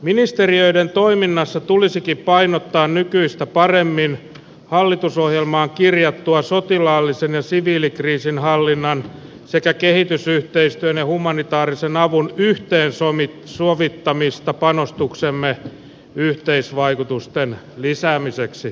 ministeriöiden toiminnassa tulisikin painottaa nykyistä paremmin hallitusohjelmaan kirjattua sotilaallisen ja siviilikriisinhallinnan sekä kehitysyhteistyön ja humanitaarisen avun yhteensovittamista panostuksemme yhteisvaikutusten lisäämiseksi